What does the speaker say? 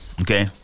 Okay